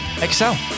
excel